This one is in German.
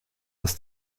das